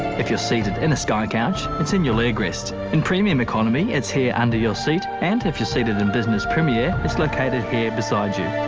if you're seated in a skycouch it's in your leg rest. in premium economy it's here under your seat. and if you're seated in business premier it's located here beside you.